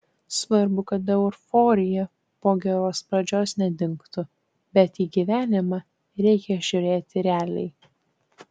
svarbu kad euforija po geros pradžios nedingtų bet į gyvenimą reikia žiūrėti realiai